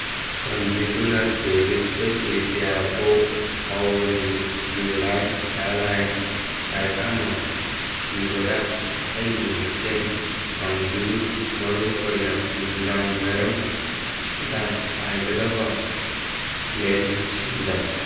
ꯆꯥꯟꯕꯤꯗꯨꯅ ꯄꯦꯔꯤꯁꯇꯒꯤ ꯀꯤꯌꯥꯇꯣ ꯐꯥꯎꯕꯒꯤ ꯚ꯭ꯌꯨꯑꯦꯂꯥꯏꯟ ꯏꯌꯔꯂꯥꯏꯟ ꯐ꯭ꯂꯥꯏꯠ ꯑꯃ ꯊꯤꯕꯗ ꯑꯩꯕꯨ ꯃꯇꯦꯡ ꯄꯥꯡꯕꯤꯌꯨ ꯃꯔꯨꯑꯣꯏꯅ ꯅꯨꯃꯤꯗꯥꯡꯋꯥꯏꯔꯝꯗ ꯄꯥꯏꯒꯗꯕ ꯄ꯭ꯂꯦꯟꯁꯤꯡꯗ